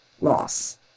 loss